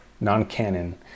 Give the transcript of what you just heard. non-canon